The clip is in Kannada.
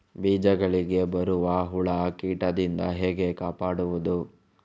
ಬೀಜಗಳಿಗೆ ಬರುವ ಹುಳ, ಕೀಟದಿಂದ ಹೇಗೆ ಕಾಪಾಡುವುದು?